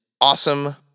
awesome